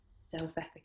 self-efficacy